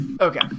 Okay